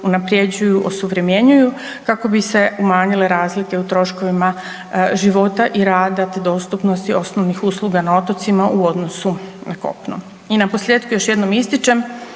unaprjeđuju, osuvremenjuju kako bi se umanjile razlike u troškovima života i rada te dostupnosti osnovnih usluga na otocima u odnosu na kopnu. I na posljetku još jednom ističem